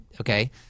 Okay